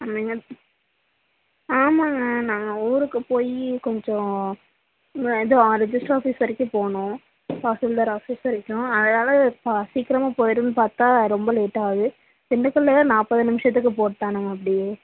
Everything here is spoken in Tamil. ஆமாங்க ஆமாங்க நாங்கள் ஊருக்கு போய் கொஞ்சம் இது வா ரிஜிஸ்ட்ரு ஆஃபீஸ் வரைக்கும் போகணும் தாசில்தார் ஆஃபீஸ் வரைக்கும் அதனால் ஃபா சீக்கிரமாக போய்விடுன்னு பார்த்தா ரொம்ப லேட்டாக ஆகுது திண்டுக்கல்லில் தான் நாற்பது நிமிஷத்துக்கு போட்டானுங்க அப்படியே